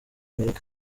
amerika